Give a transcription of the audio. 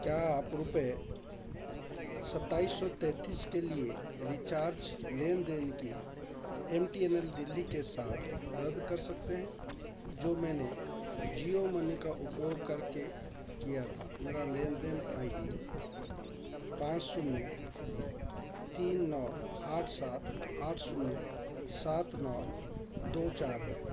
क्या आप रुपये सताईस सौ तैतीस के लिए रीचार्ज लेन देन की M T N L Delhi के साथ रद्द कर सकते हैं जो मैंने जियो मनी का उपयोग करके किया था मेरा लेन देन आई डी पाँच शून्य तीन नौ आठ सात आठ शून्य सात नौ दो चार है